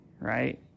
right